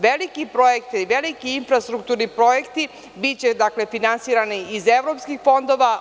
Veliki projekti, veliki infrastrukturni projekti biće finansirani iz evropskih fondova.